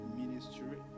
ministry